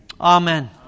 Amen